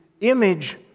image